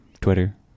Twitter